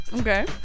Okay